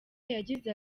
yagize